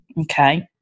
okay